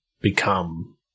become-